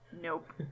Nope